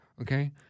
okay